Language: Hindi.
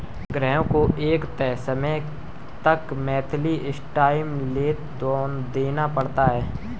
ग्राहक को एक तय समय तक मंथली इंस्टॉल्मेंट देना पड़ता है